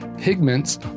Pigments